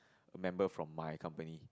a member from my company